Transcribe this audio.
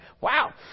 wow